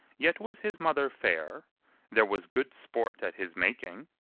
yet was his mother fair there was good sport at his making,